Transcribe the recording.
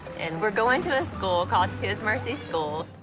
and we're going to a school called his mercy school.